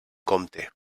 compte